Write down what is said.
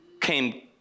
came